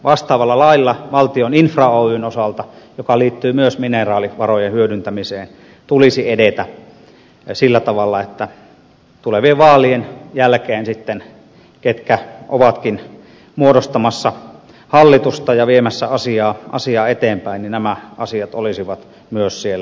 vastaavalla lailla valtion infra oyn osalta joka liittyy myös mineraalivarojen hyödyntämiseen tulisi edetä sillä tavalla että tulevien vaalien jälkeen ketkä sitten ovatkin muodostamassa hallitusta ja viemässä asiaa eteenpäin nämä asiat olisivat myös siellä mukana